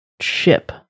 ship